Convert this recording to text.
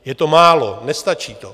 Je to málo, nestačí to.